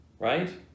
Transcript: right